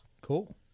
Cool